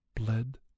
bled